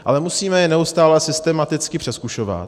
Ale musíme je neustále a systematicky přezkušovat.